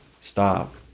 stop